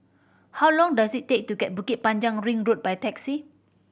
how long does it take to get to Bukit Panjang Ring Road by taxi